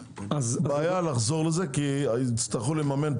בעיה לחזור לזה כי יצטרכו לממן את